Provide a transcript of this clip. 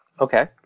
Okay